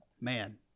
Man